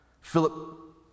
Philip